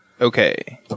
Okay